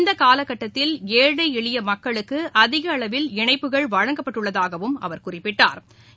இந்தகாலக்கட்டத்திலஏழைஎளியமக்களுக்குஅதிகஅளவில் இணைப்புகள் வழங்கப்பட்டுள்ளதாகவும் அவர் குறிப்பிட்டா்